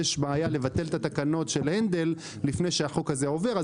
יש בעיה לבטל את התקנות של הנדל לפני שהחוק הזה עובר,